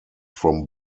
from